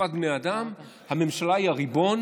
בשפת בני אדם הממשלה היא הריבון